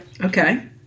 Okay